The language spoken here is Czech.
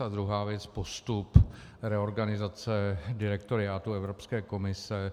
A druhá věc: postup reorganizace direktoriátu Evropské komise.